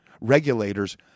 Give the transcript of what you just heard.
regulators